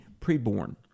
preborn